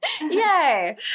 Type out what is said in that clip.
Yay